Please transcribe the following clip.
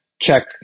check